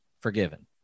forgiven